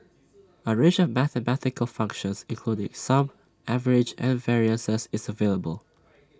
A range of mathematical functions including sum average and variances is available